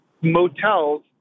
motels